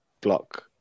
block